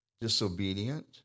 disobedient